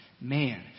man